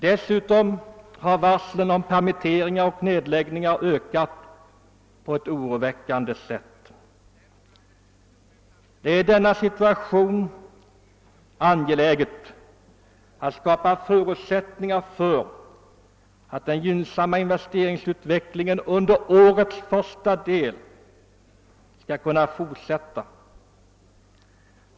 Dessutom har mängden varsel om permitteringar och nedläggningar ökat på ett oroväckande sätt. Det är i denna situation angeläget att skapa förutsättningar för att den gynnsamma in vesteringsutvecklingen under = årets första del skall kunna fortsätta.